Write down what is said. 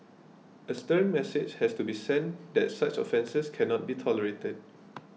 a stern message has to be sent that such offences can not be tolerated